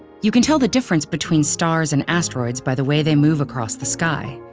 you can tell the difference between stars and asteroids by the way they move across the sky.